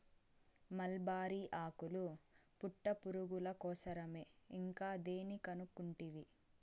mulberry ఆకులు పట్టుపురుగుల కోసరమే ఇంకా దేని కనుకుంటివి